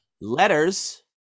letters